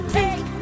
take